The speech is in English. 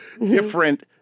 different